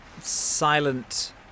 silent